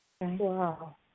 Wow